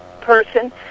person